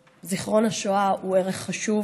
זיכרון השואה הוא ערך חשוב